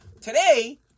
today